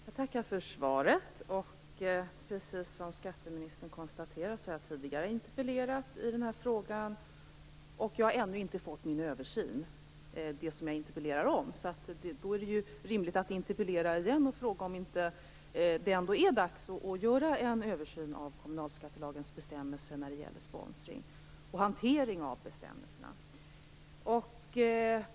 Herr talman! Jag tackar för svaret. Precis som skatteministern konstaterar, har jag tidigare interpellerat i den här frågan, och jag har ännu inte fått min översyn - det som jag interpellerar om. Då är det rimligt att interpellera igen och fråga om det ändå inte är dags att göra en översyn av kommunalskattelagens bestämmelser när det gäller sponsringen och av hanteringen av dessa bestämmelser.